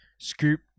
scoop